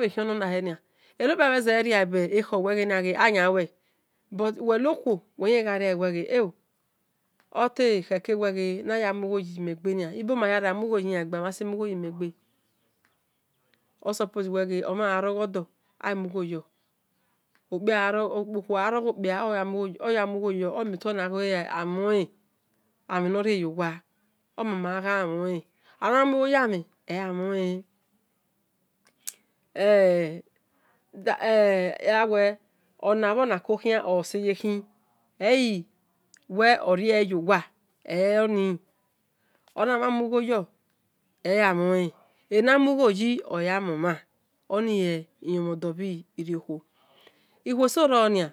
bhe kiona he nia enoheia bhe ze ma riale bhi ekloor say an liue buti uwe no khuo otekhe we naya muelgho yi when egbe nia ibe mhahia, amulgho yi yan gbe buti am yan sa muyi mhe egbe osoppose omha gharioghodor amighoyo okhuegha rokpia omuighe yo, omioto na ne amhenorie yo wa awe nabhi ona kokhian ole ose yekhi eyi we oriele yi oway ohamhn an muigho yo eyamhanlen ena muigho yi ole amihen omha oni elon mhodor bhi iriokhuo ikhuo eso ro nia